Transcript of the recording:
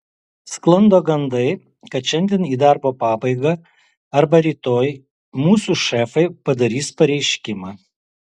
sklando gandai kad šiandien į darbo pabaigą arba rytoj mūsų šefai padarys pareiškimą